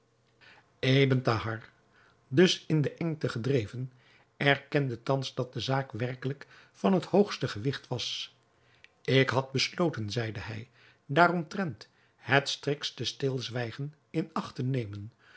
thahar dus in de engte gedreven erkende thans dat de zaak werkelijk van het hoogste gewigt was ik had besloten zeide hij daaromtrent het striktste stilzwijgen in acht te nemen